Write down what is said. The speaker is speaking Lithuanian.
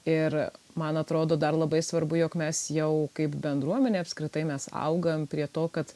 ir man atrodo dar labai svarbu jog mes jau kaip bendruomenė apskritai mes augam prie to kad